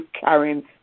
carrying